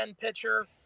pitcher